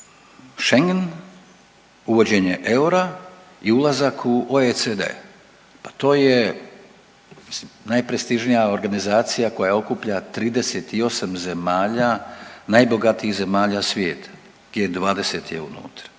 Schengen, uvođenje eura i ulazak u OECD. Pa to je najprestižnija organizacija koja okuplja 38 zemalja, najbogatijih zemalja svijeta. G20 je unutra.